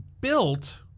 built